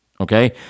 okay